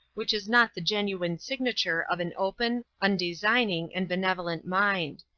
which is not the genuine signature of an open, undesigning, and benevolent mind.